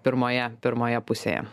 pirmoje pirmoje pusėje